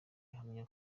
ahamya